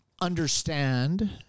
understand